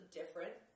different